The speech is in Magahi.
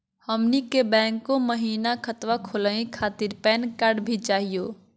हमनी के बैंको महिना खतवा खोलही खातीर पैन कार्ड भी चाहियो?